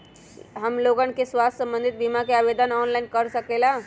हमन लोगन के स्वास्थ्य संबंधित बिमा का आवेदन ऑनलाइन कर सकेला?